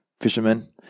fisherman